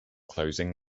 closing